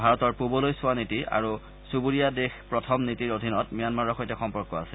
ভাৰতৰ পূবলৈ ছোৱা নীতি আৰু চুবুৰীয়া দেশ প্ৰথম নীতিৰ অধীনত ম্যানমাৰৰ সৈতে সম্পৰ্ক আছে